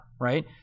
right